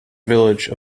village